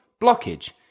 blockage